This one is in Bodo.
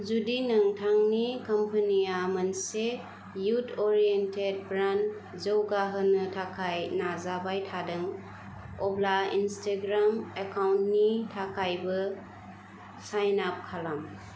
जुदि नोंथांनि कम्पानि आ मोनसे इयुत ओरियेन्टद ब्रांड जौगाहोनो थाखाय नाजाबाय थादों अब्ला इंस्टाग्राम एकाउन्टनि थाखायबो साइन आप खालाम